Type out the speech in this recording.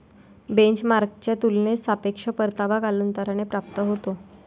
बेंचमार्कच्या तुलनेत सापेक्ष परतावा कालांतराने प्राप्त होतो